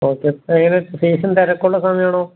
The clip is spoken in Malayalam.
ഓക്കേ അപ്പോൾ എങ്ങനെയാണ് സീസൺ തിരക്കുള്ള സമയമാണോ